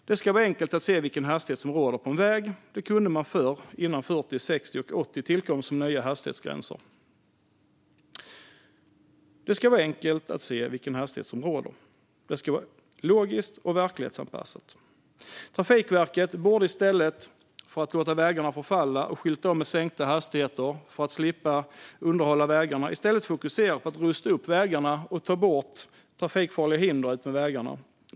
Det ska vara enkelt att se vilken hastighet som gäller på en väg. Det kunde man förr, innan 40, 60 och 80 tillkom som nya hastighetsgränser. Det ska vara enkelt att se vilken hastighet som gäller, och det ska vara logiskt och verklighetsanpassat. Trafikverket borde, i stället för att låta vägarna förfalla och skylta om med sänkta hastigheter för att slippa underhålla vägarna, fokusera på att rusta upp vägarna och ta bort trafikfarliga hinder utmed vägarna.